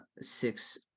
six